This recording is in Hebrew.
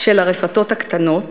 של הרפתות הקטנות,